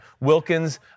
Wilkins